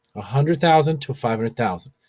ah hundred thousand to five hundred thousand.